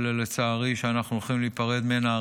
שלצערי אנחנו הולכים להיפרד ממנה,